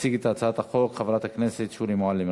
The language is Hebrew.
תציג את הצעת החוק חברת הכנסת שולי מועלם-רפאלי.